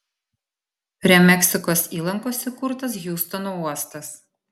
prie meksikos įlankos įkurtas hjustono uostas